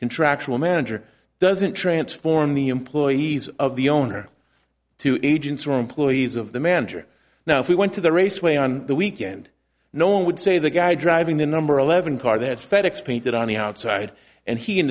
contractual manager doesn't transform the employees of the owner to agents or employees of the manager now if we went to the raceway on the weekend no one would say the guy driving the number eleven car they had fed ex painted on the outside and he and